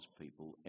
people